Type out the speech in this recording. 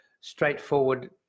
straightforward